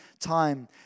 time